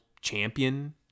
champion